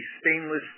stainless